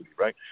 right